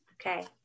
Okay